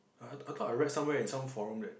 I I thought I read somewhere in some forum that